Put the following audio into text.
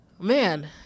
Man